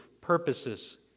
purposes